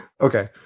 Okay